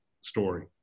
story